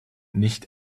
nicht